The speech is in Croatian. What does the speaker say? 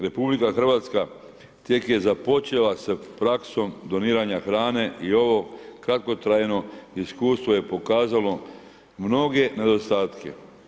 RH tek je započela sa praksom doniranja hrane i ovo kratkotrajno iskustvo je pokazalo mnoge nedostatke.